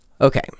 okay